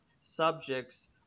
subjects